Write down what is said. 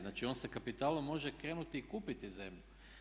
Znači on sa kapitalom može krenuti i kupiti zemlju.